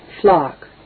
flock